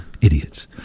Idiots